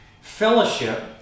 Fellowship